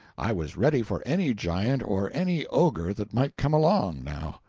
i was ready for any giant or any ogre that might come along, now.